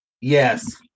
Yes